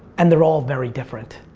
and they're all very different.